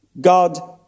God